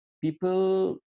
People